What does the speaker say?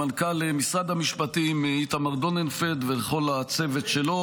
למנכ"ל משרד המשפטים איתמר דוננפלד ולכל הצוות שלו.